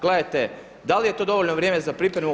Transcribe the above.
Gledajte, da li je to dovoljno vrijeme za pripremu?